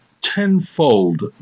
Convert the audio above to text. tenfold